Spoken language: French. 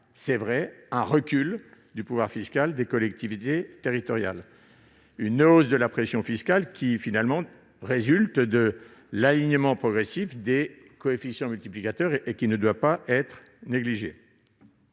entraînera un recul du pouvoir fiscal des collectivités territoriales et une hausse de la pression fiscale résultant de l'alignement progressif des coefficients multiplicateurs- cette hausse ne doit pas être négligée.